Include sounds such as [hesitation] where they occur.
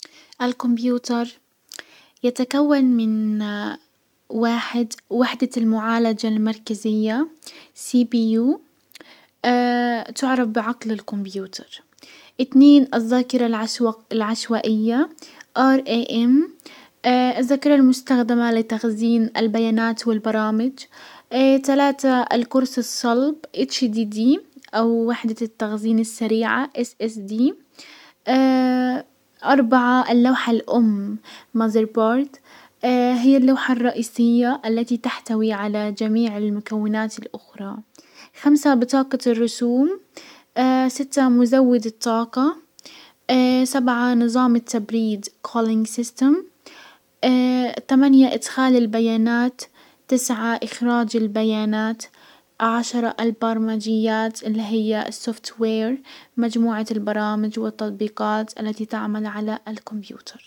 الكمبيوتر يتكون من [hesitation] واحد وحدة المعالجة المركزية سي بي يو، [hesitation] تعرف بعقل الكمبيوتر. اتنين الزاكرة العشوائية ار ايه ام [hesitation] الزاكرة المستخدمة لتخزين البيانات والبرامج. [hesitation] تلاتة الكورس الصلب اتش دي دي، او وحدة التخزين السريعة اس اس دي. [hesitation] اربعة اللوحة الام مازربورد، [hesitation] هي اللوحة الرئيسية تحتوي على جميع المكونات الاخرى. خمسة بطاقة الرسوم. [hesitation] ستة مزود الطاقة. [hesitation] سبعة نزام التبريد كولنج سيستم. [hesitation] تمانية ادخال البيانات. تسعة اخراج البيانات. عشرة البرمجيات اللي هي السوفت وير مجموعة البرامج والتطبيقات التي تعمل على الكمبيوتر.